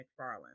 McFarland